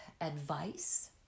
advice